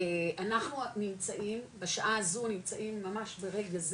אנחנו נמצאים בשעה הזו נמצאים ממש ברגע זה